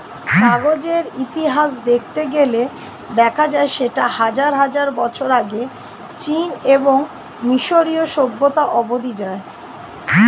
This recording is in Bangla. কাগজের ইতিহাস দেখতে গেলে দেখা যায় সেটা হাজার হাজার বছর আগে চীন এবং মিশরীয় সভ্যতা অবধি যায়